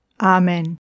Amen